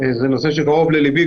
זה נושא שקרוב לליבי,